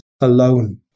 alone